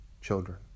children